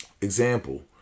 Example